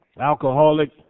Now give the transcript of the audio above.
Alcoholic